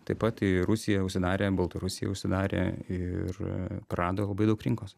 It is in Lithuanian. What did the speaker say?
taip pat į rusiją užsidarė baltarusija užsidarė ir prarado labai daug rinkos